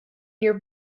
your